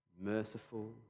Merciful